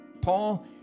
Paul